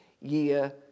year